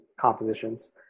compositions